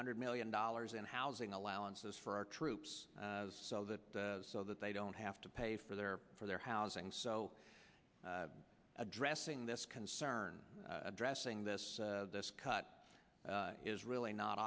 hundred million dollars in housing allowances for our troops so that so that they don't have to pay for their for their housing so addressing this concern addressing this this cut is really not